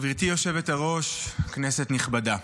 גברתי היושבת-ראש, כנסת נכבדה,